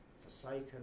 forsaken